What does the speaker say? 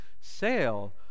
sail